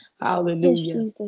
Hallelujah